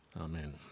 Amen